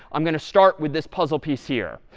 i'm going to start with this puzzle piece here.